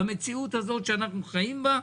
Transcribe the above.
במציאות הזו שאנחנו חיים בה,